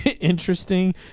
interesting